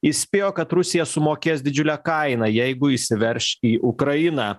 įspėjo kad rusija sumokės didžiulę kainą jeigu įsiverš į ukrainą